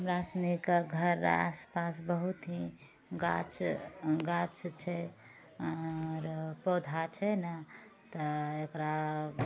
हमरासुनीके घर रऽ आसपास बहुत ही गाछ गाछ छै आओर पौधा छै नहि तऽ एकरा